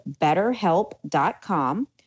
betterhelp.com